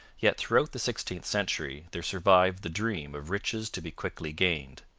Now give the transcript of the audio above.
yet throughout the sixteenth century there survived the dream of riches to be quickly gained.